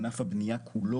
אני מייצג את ענף הבנייה כולו,